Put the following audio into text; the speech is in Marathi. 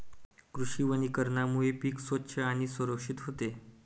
कृषी वनीकरणामुळे पीक स्वच्छ आणि सुरक्षित होते